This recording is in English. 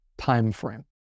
timeframe